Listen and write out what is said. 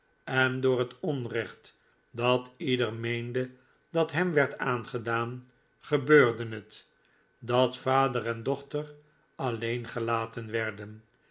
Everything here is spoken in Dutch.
en door het onrecht dat ieder meende dat hem werd aangedaan gebeurde het dat vader en dochter alleen gelaten werden